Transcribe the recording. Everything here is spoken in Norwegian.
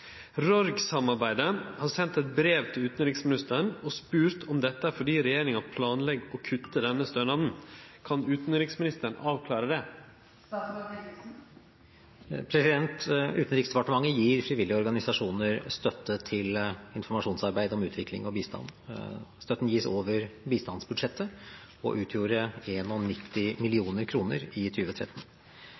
har sendt eit brev til utanriksministeren og spurt om dette er fordi regjeringa planlegg å kutte denne stønaden. Kan utanriksministeren avklare det?» Utenriksdepartementet gir frivillige organisasjoner støtte til informasjonsarbeid om utvikling og bistand. Støtten gis over bistandsbudsjettet og utgjorde 91 mill. kr i